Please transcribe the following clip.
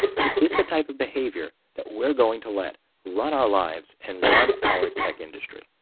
is this the type of behavior that we're going to let run our lives and run our tech industry?